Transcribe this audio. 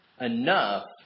enough